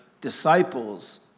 disciples